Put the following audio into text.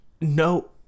no